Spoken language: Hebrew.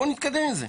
בואו נתקדם עם זה.